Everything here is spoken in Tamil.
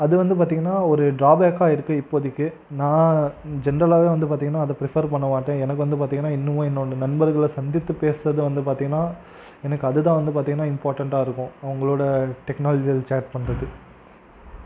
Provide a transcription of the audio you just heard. அது வந்து பார்த்தீங்கன்னா ஒரு ட்ராவ் பேக்காக இருக்குது இப்போதைக்கி நான் ஜென்ட்ரலாகவே வந்து பார்த்தீங்கன்னா அதை ப்ரிஃபர் பண்ண மாட்டேன் எனக்கு வந்து பார்த்தீங்கன்னா இன்னுமே இன்னும் கொஞ்சம் நண்பர்களை சந்தித்து பேசுகிறது வந்து பார்த்தீங்கன்னா எனக்கு அதுதான் வந்து பார்த்தீங்கன்னா இம்பார்ட்டண்டாக இருக்கும் அவங்களோடய டெக்னலாஜியில் சேட் பண்ணுறது